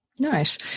Nice